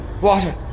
Water